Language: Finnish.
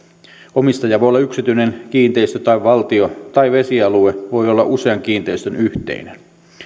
omistaja voi olla yksityinen kiinteistö tai valtio tai vesialue voi olla usean kiinteistön yhteinen